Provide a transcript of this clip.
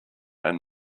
and